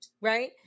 Right